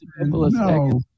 No